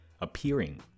appearing